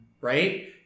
right